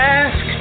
ask